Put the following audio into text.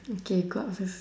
mm K go out first